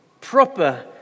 proper